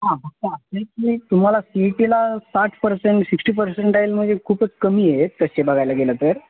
हां फक्त तुम्हाला सी ई टीला साठ पर्सेंट सिक्स्टी पर्सेंटायल म्हणजे खूपच कमी आहेत तसे बघायला गेलं तर